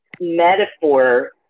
metaphor